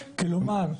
כלומר,